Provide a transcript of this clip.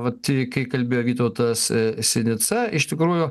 vat kai kalbėjo vytautas sinica iš tikrųjų